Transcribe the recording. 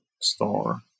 store